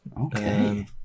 Okay